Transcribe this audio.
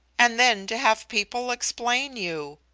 and then to have people explain you.